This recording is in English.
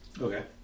Okay